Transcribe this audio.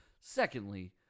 Secondly